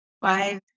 five